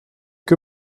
que